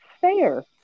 fair